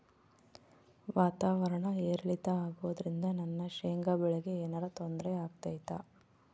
ವಾತಾವರಣ ಏರಿಳಿತ ಅಗೋದ್ರಿಂದ ನನ್ನ ಶೇಂಗಾ ಬೆಳೆಗೆ ಏನರ ತೊಂದ್ರೆ ಆಗ್ತೈತಾ?